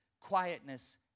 quietness